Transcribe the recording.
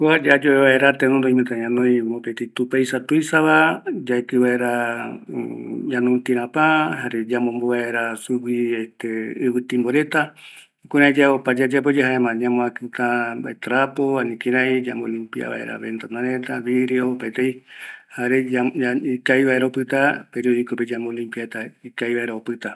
Kua yayoe vaera oimeta ñanoi mopetɨ tupeisa tuisava, yaekɨ vaera yanduti rapä, jare yambombo vaera sugui ɨvɨ timbo reta, jukurai opa yayapo yave, jaema ñamoakɨta trapo, jare yambo limpia vaera, ventana reta, vidrio opaetei, jare ikavi vaera opɨta periodikope yambo limpiata ikavi vaera opɨta